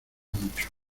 mucho